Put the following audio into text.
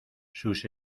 sus